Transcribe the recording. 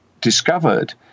discovered